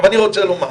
עכשיו אני רוצה לומר,